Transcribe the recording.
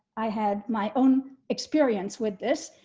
i had my own experience with this.